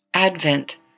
Advent